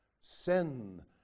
Sin